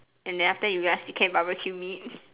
and then after that you ask to care barbecue meat